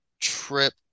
Trip